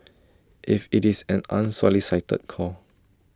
if IT is an unsolicited call